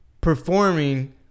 performing